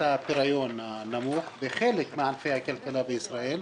הפריון הנמוך וחלק מענפי הכלכלה בישראל,